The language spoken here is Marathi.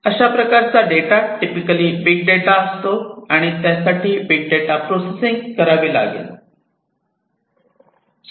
अशा प्रकारचा डेटा टिपिकली बिग डेटा असतो आणि त्यासाठी बिग डेटा प्रोसेसिंग करावी लागते